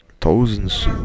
thousands